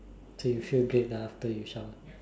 so you feel great lah after you shower